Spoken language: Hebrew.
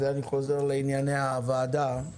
ואני חוזר לענייני הוועדה,